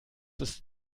ist